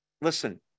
Listen